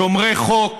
שומרי חוק,